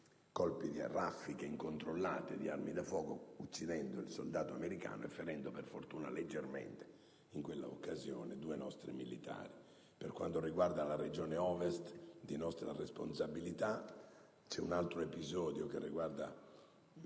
partire raffiche incontrollate di arma da fuoco, uccidendo un soldato americano e ferendo, per fortuna leggermente in quell'occasione, due nostri militari. Per quanto riguarda la regione Ovest, di nostra responsabilità, c'è un altro episodio, che ha